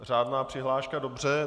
Řádná přihláška, dobře.